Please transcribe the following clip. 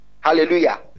hallelujah